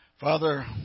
Father